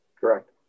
Correct